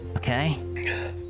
Okay